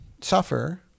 suffer